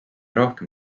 rohkem